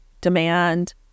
demand